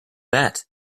that